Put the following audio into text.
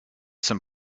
some